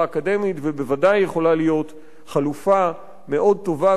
ובוודאי היא יכולה להיות חלופה מאוד טובה וחיובית